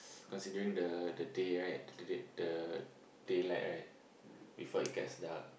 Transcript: considering the the day right the date the day light right before it gets dark